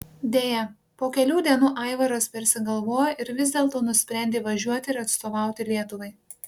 deja po kelių dienų aivaras persigalvojo ir vis dėlto nusprendė važiuoti ir atstovauti lietuvai